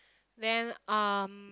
then um